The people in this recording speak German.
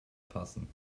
passen